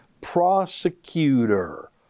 prosecutor